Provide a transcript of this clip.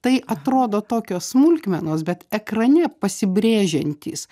tai atrodo tokios smulkmenos bet ekrane pasibrėžiantys